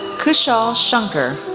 kushal shankar,